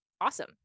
awesome